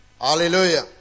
Hallelujah